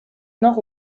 nord